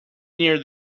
near